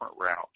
route